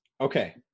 Okay